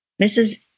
Mrs